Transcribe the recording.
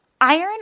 Iron